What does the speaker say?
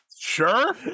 Sure